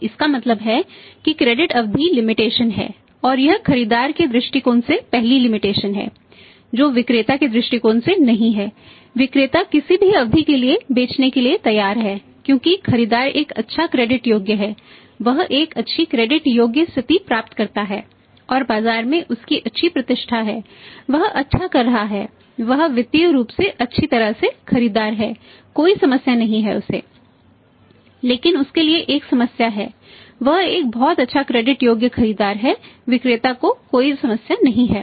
तो इसका मतलब है कि क्रेडिट योग्य खरीदार है विक्रेता को कोई समस्या नहीं है